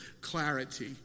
clarity